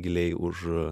giliai už